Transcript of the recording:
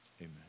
amen